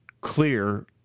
clear